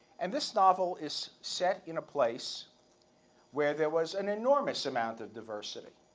and this novel is set in a place where there was an enormous amount of diversity,